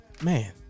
Man